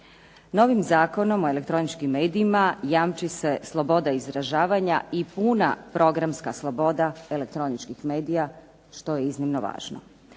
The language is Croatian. Novim Zakonom o elektroničkim medijima jamči se sloboda izražavanja i puna programska sloboda elektroničkim medija, što je iznimno važno.